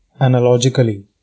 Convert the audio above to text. analogically